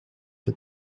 for